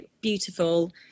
beautiful